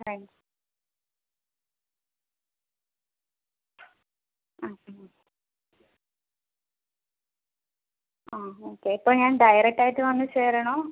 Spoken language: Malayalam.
താങ്ക്സ് ആ ആ ഓക്കെ ഇപ്പോൾ ഞാൻ ഡയറക്റ്റായിട്ട് വന്ന് ചേരണോ